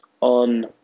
on